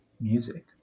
music